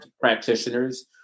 practitioners